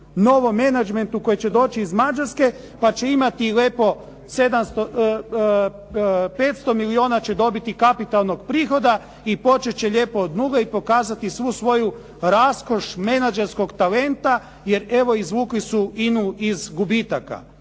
novom menadžmentu koji će doći iz Mađarske pa će imati lijepo 500 milijuna će dobiti kapitalnog prihoda i počet će lijepo od nule i pokazati svu svoju raskoš menadžmentskog talenta, jer evo izvukli su INA-u iz gubitaka.